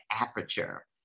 aperture